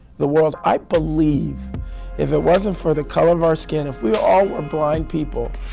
the world i believe if it wasn't for the color of our skin, if we all were blind people,